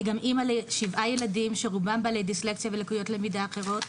אני גם אימא לשבעה ילדים שרובם בעלי דיסלקציה ולקויות למידה אחרות,